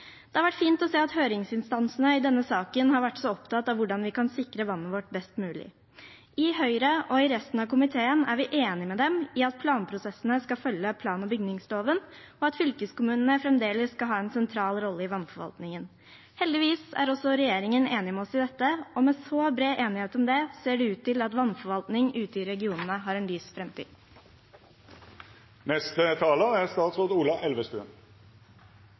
Det har vært fint å se at høringsinstansene i denne saken har vært så opptatt av hvordan vi kan sikre vannet vårt best mulig. I Høyre og i resten av komiteen er vi enig med dem i at planprosessene skal følge plan- og bygningsloven, og at fylkeskommunene fremdeles skal ha en sentral rolle i vannforvaltningen. Heldigvis er også regjeringen enig med oss i dette, og med så bred enighet om det ser det ut til at vannforvaltning ute i regionene har en lys